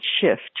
Shift